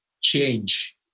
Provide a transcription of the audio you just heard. Change